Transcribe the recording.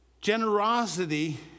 generosity